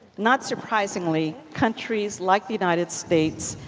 not surprisingly, countries like the united states,